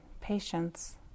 patience